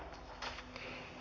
asia